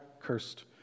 cursed